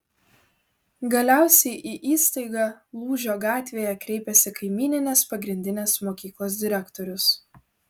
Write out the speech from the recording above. galiausiai į įstaigą lūžio gatvėje kreipiasi kaimyninės pagrindinės mokyklos direktorius